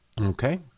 Okay